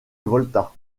volta